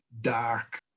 dark